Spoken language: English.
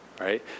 right